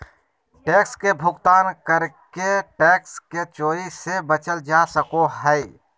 tax के भुगतान करके टैक्स के चोरी से बचल जा सको हय